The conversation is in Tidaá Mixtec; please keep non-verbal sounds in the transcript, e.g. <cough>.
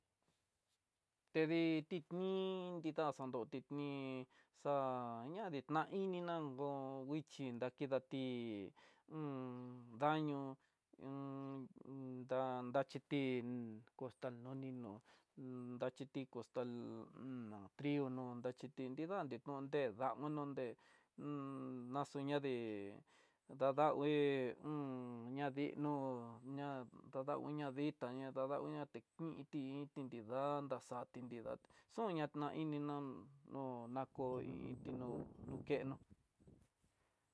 Tedii tigni, tinda xando tigni xañadi na ininá ndo nguixhi dankidati <hesitation> daño <hesitation> <hesitation> daxhiti costal noni no'ó ndaxhiti costal <hesitation> no trigo no'ó xhati kuanti ndodé dama donde <hesitation> ñaxoña dé dadagui <hesitation> ñadi no ña tadauña itá ña dadauña té kuinti inti nrida naxati nrida xona ñaini nán ko nakoiniti nó nukenó.